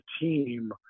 team